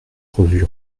revue